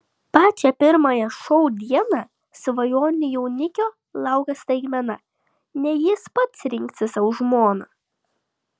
pačią pirmąją šou dieną svajonių jaunikio laukia staigmena ne jis pats rinksis sau žmoną